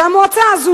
שהמועצה הזאת,